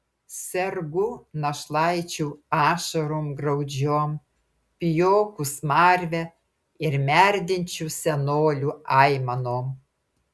sergu našlaičių ašarom graudžiom pijokų smarve ir merdinčių senolių aimanom